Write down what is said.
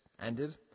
ended